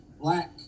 Black